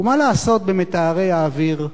ומה לעשות במטהרי האוויר?